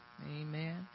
Amen